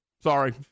Sorry